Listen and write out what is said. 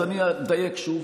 אז אני אדייק שוב,